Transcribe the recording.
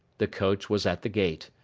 the coach was at the gate.